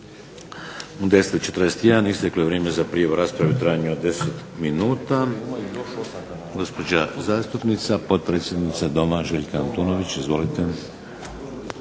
U 10,41 isteklo je vrijeme za prijavu rasprave u trajanju od 10 minuta. Gospođa zastupnica, potpredsjednica Doma Željka Antunović. Izvolite.